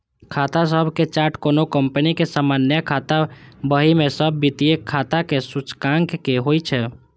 खाता सभक चार्ट कोनो कंपनी के सामान्य खाता बही मे सब वित्तीय खाताक सूचकांक होइ छै